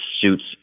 suits